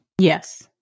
Yes